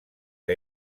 que